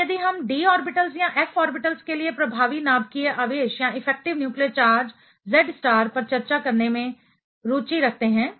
अब यदि हम d ऑर्बिटलस या f ऑर्बिटलस के लिए प्रभावी नाभिकीय आवेश effective nuclear charge Z star पर चर्चा करने में रुचि रखते हैं